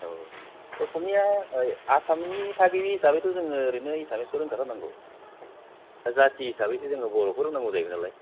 औ असमिया आसामनि थागिबि हिसाबैथ' जोङो ओरैनो एसामिसखौ रोंखा थारनांगौ दा जाथि हिसाबैसो जोङो बर'खौ रोंनांगौ जायैबाय नालाय